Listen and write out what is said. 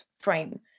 frame